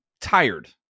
tired